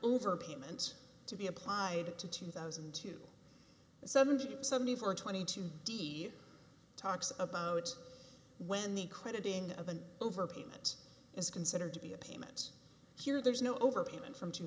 overpayment to be applied to two thousand and two seventy seventy four and twenty two d talks about when the crediting of an overpayment is considered to be a payment here there's no overpayment from two